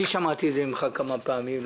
אני שמעתי את זה ממך כמה פעמים.